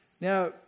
Now